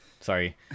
sorry